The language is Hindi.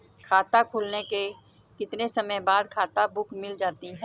खाता खुलने के कितने समय बाद खाता बुक मिल जाती है?